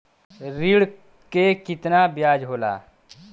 ऋण के कितना ब्याज होला?